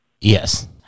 Yes